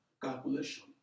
calculation